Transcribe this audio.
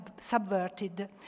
subverted